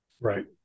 right